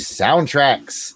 soundtracks